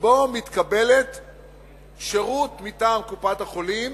כפי שמתקבל שירות מטעם קופת-החולים